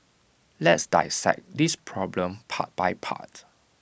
let's dissect this problem part by part